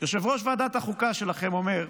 יושב-ראש ועדת החוקה שלכם אומר לפרוטוקול: